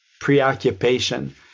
preoccupation